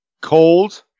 cold